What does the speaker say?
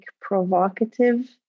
provocative